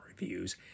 Reviews